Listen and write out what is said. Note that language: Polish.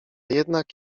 jednak